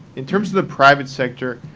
in terms of the private sector,